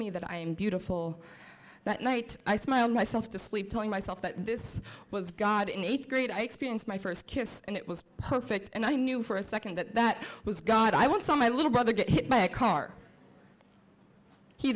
me that i am beautiful that night i smiled myself to sleep telling myself that this was god in eighth grade i experienced my first kiss and it was perfect and i knew for a second that that was god i want so my little brother get hit by a car he